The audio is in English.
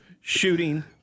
Shooting